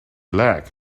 leg